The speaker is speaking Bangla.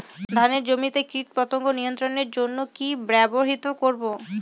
ধানের জমিতে কীটপতঙ্গ নিয়ন্ত্রণের জন্য কি ব্যবহৃত করব?